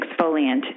exfoliant